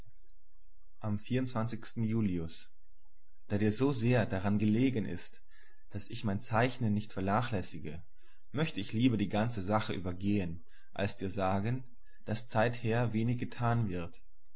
am julius da dir so sehr daran gelegen ist daß ich mein zeichnen nicht vernachlässige möchte ich lieber die ganze sache übergehen als dir sagen daß zeither wenig getan wird